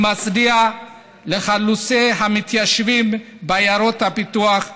אני מצדיע לחלוצי המתיישבים בעיירות הפיתוח,